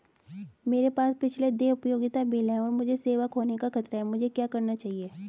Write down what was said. मेरे पास पिछले देय उपयोगिता बिल हैं और मुझे सेवा खोने का खतरा है मुझे क्या करना चाहिए?